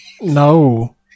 No